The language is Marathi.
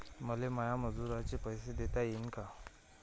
मले माया मजुराचे पैसे देता येईन का?